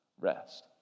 rest